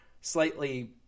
slightly